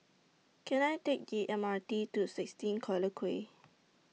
Can I Take The M R T to sixteen Collyer Quay